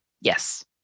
Yes